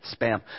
Spam